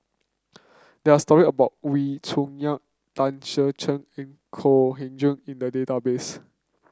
there are story about Wee Cho Yaw Tan Ser Cher and Kok Heng in the database